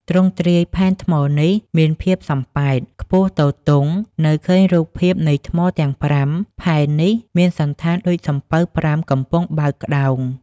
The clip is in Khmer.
ទ្រង់ទ្រាយផែនថ្មនេះ មានភាពសំប៉ែត ខ្ពស់ទទុងនៅឃើញរូបភាពនៃថ្មទាំង ៥ ផែននេះ មានសណ្ឋានដូចសំពៅ ៥ កំពុងបើកក្តោង។